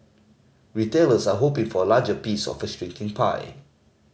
retailers are hoping for a larger piece of a shrinking pie